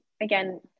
again